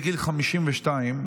בגיל 52,